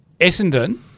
Essendon